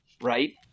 right